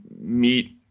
meet